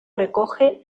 recoge